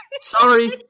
Sorry